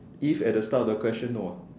if at the start of the question no ah